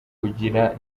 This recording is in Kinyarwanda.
kugira